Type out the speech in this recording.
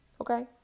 Okay